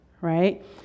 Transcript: right